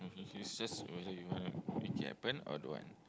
it is just whether you want to make it happen or don't want